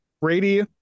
Brady